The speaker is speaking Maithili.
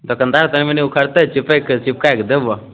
दोकनदार टाइममे मानि लऽ उखरतै चिपैकके चिपकाइके देबऽ